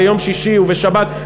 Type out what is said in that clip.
ביום שישי ובשבת,